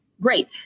Great